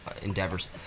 endeavors